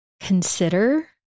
consider